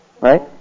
right